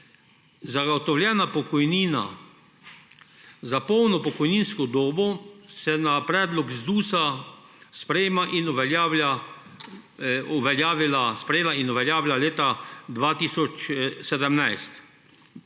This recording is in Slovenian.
Zagotovljena pokojnina za polno pokojninsko dobo se je na predlog ZDUS sprejela in uveljavila leta 2017.